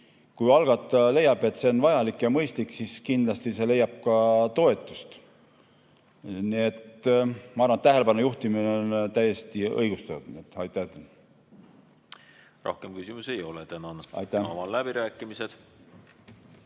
kui algataja leiab, et see on vajalik ja mõistlik, siis kindlasti see leiab ka toetust. Ma arvan, et tähelepanu juhtimine on täiesti õigustatud. Rohkem küsimusi ei ole. Tänan! Avan